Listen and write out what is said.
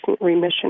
remission